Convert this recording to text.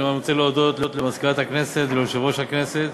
אני רוצה להודות למזכירת הכנסת וליושב-ראש הכנסת.